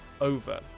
over